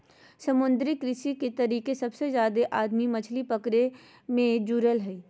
समुद्री कृषि के तरीके सबसे जादे आदमी मछली पकड़े मे जुड़ल हइ